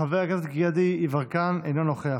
חבר הכנסת גדי יברקן, אינו נוכח.